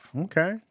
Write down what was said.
Okay